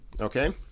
Okay